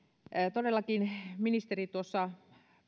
todellakin ministeri tuossa